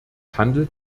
handelt